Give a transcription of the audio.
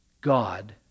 God